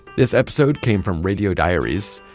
this episode came from radio diaries.